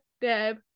Deb